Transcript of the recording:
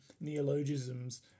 neologisms